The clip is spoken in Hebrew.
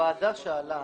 הוועדה שאלה